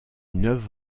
neuf